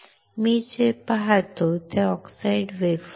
मी जे पाहतो ते ऑक्सिडाइज्ड वेफर आहे